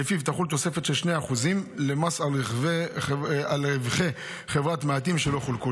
שלפיו תחול תוספת של 2% למס על רווחי חברת מעטים שלא חולקו,